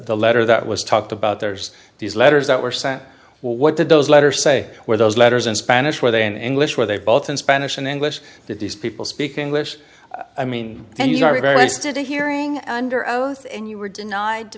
the letter that was talked about there's these letters that were sent what did those letters say where those letters in spanish were they in english where they both in spanish and english did these people speak english i mean and you are a very unsteady hearing under oath and you were denied